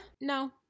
no